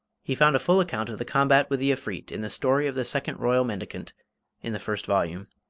he found a full account of the combat with the efreet in the story of the second royal mendicant in the first volume,